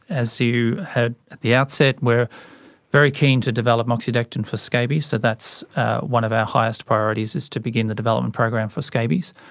as you heard at the outset, we're very keen to develop moxidectin for scabies, so that's one of our highest priorities is to begin the development program for scabies.